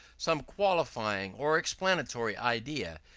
some qualifying or explanatory idea,